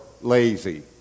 lazy